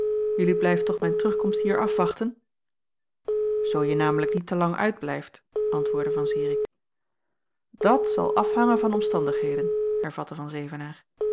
jelui blijft toch mijn terugkomst hier afwachten zoo je namelijk niet te lang uitblijft antwoordde van zirik dat zal afhangen van omstandigheden hervatte van